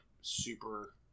super